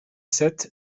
sept